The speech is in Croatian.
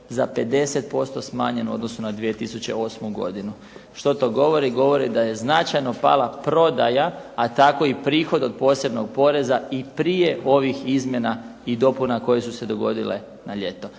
za 50% smanjeno u odnosu na 2008. godinu. Što to govori? Govori da je značajno pala prodaja, a tako i prihod od posebnog poreza i prije ovih izmjena i dopuna koje su se dogodile na ljeto.